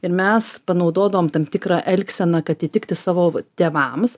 ir mes panaudodavom tam tikrą elgseną kad įtikti savo tėvams